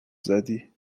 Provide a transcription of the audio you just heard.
زدی